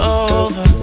over